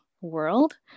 world